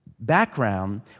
background